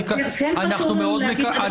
כן חשוב לנו להגיד שאנחנו תומכים במה שתמר אמרה.